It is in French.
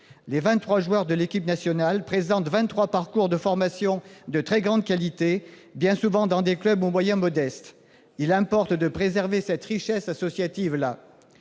joueurs de l'équipe nationale présentent vingt-trois parcours de formation de très grande qualité, bien souvent dans des clubs aux moyens modestes. Il importe de préserver cette richesse associative.